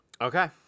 Okay